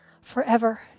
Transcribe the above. forever